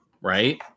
right